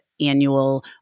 annual